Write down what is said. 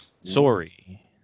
Sorry